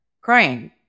crying